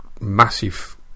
massive